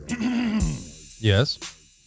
yes